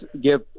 give